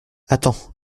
attends